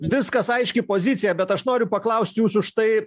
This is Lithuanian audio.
viskas aiški pozicija bet aš noriu paklaust jūsų štai